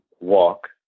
walk